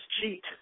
cheat